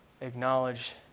acknowledge